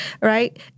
Right